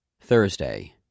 Thursday